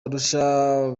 arusha